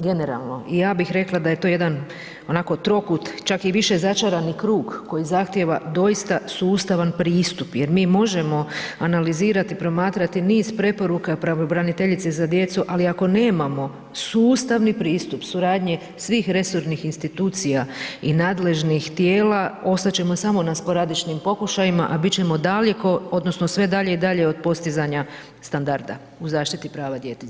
generalno i ja bih rekla da je to jedan onako trokut, čak i više začarani krug koji zahtjeva doista sustavan pristup jer mi možemo analizirat i promatrati niz preporuka pravobraniteljica za djecu, ali ako nemamo sustavni pristup suradnje svih resornih institucija i nadležnih tijela, ostat ćemo samo na sporadičnim pokušajima, a bit ćemo daleko odnosno sve dalje i dalje od postizanja standarda u zaštiti prava djeteta.